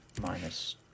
minus